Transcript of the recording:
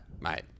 Mate